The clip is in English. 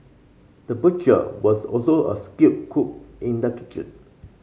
the butcher was also a skilled cook in the kitchen